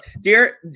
dear